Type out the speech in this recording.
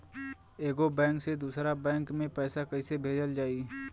एगो बैक से दूसरा बैक मे पैसा कइसे भेजल जाई?